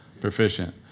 proficient